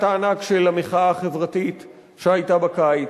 הענק של המחאה החברתית שהיתה בקיץ,